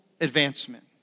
advancement